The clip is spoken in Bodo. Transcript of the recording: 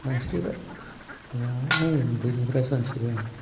सानस्रिबाय माबा उन्दैनिफ्राय सानस्रिबाय आं